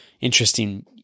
interesting